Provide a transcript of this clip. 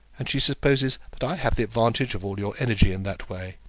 and she supposes that i have the advantage of all your energy in that way.